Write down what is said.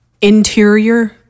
Interior